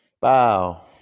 Bow